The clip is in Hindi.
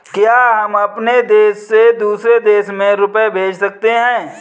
क्या हम अपने देश से दूसरे देश में रुपये भेज सकते हैं?